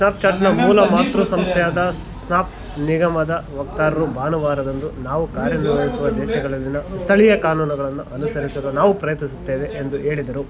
snap ಚಾಟ್ನ ಮೂಲ ಮಾತೃ ಸಂಸ್ಥೆಯಾದ ಸ್ನ್ಯಾಫ್ ನಿಗಮದ ವಕ್ತಾರರು ಭಾನುವಾರದಂದು ನಾವು ಕಾರ್ಯನಿರ್ವಹಿಸುವ ದೇಶಗಳಲ್ಲಿನ ಸ್ಥಳೀಯ ಕಾನೂನುಗಳನ್ನು ಅನುಸರಿಸಲು ನಾವು ಪ್ರಯತ್ನಿಸುತ್ತೇವೆ ಎಂದು ಹೇಳಿದರು